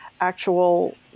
actual